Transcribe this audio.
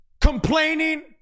Complaining